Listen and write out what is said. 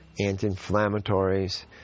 anti-inflammatories